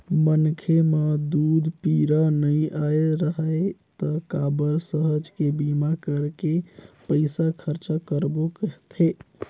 मनखे म दूख पीरा नइ आय राहय त काबर सहज के बीमा करके पइसा खरचा करबो कहथे